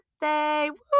birthday